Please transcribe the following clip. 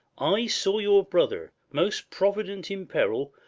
i saw your brother, most provident in peril,